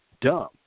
dumb